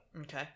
okay